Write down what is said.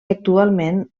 actualment